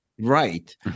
Right